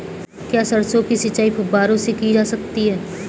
क्या सरसों की सिंचाई फुब्बारों से की जा सकती है?